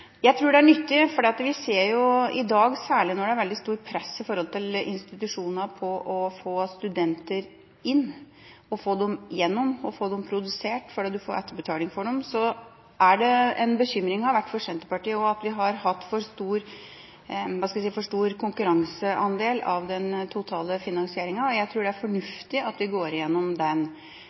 Jeg tror det er nyttig, for når det er veldig stort press på institusjoner for å få studenter inn, få dem igjennom og få dem produsert, fordi du får etterbetaling for dem, er det en bekymring, og har vært det for Senterpartiet også, at vi har hatt, hva skal vi si, for stor konkurranseandel i den totale finansieringa. Jeg tror det er fornuftig at vi går gjennom det. Sjølsagt vil også de nye universitetene bli en del av den